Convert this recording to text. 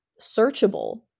searchable